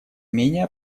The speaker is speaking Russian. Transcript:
менее